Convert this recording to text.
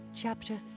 Chapter